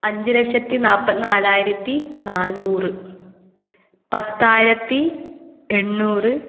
അഞ്ച് ലക്ഷത്തി നാൽപത്തി നാലായിരത്തി നാനൂറ് പത്തായിരത്തി എണ്ണൂറ്